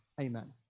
Amen